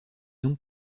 donc